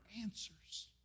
answers